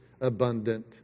abundant